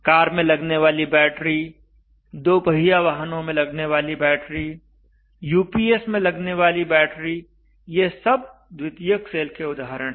car में लगने वाली बैटरी दोपहिया वाहनों में लगने वाली बैटरी यूपीएस में लगने वाली बैटरी ये सब द्वितीयक सेल के उदाहरण हैं